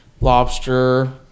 lobster